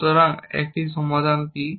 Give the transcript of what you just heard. সুতরাং একটি সমাধান কি